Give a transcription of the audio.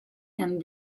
and